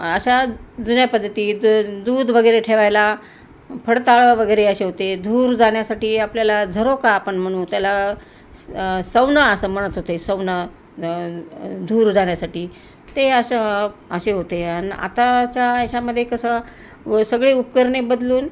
अशा जुन्या पद्धती दूध वगैरे ठेवायला फडताळं वगैरे असे होते धूर जाण्यासाठी आपल्याला झरोका आपण म्हणू त्याला स सौवनं असं म्हणत होते सौवनं धूर जाण्यासाठी ते असं असे होते आणि आताच्या याच्यामध्ये कसं व सगळे उपकरणे बदलून